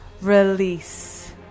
release